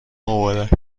مبارک